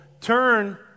turn